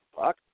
fuck